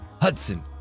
Hudson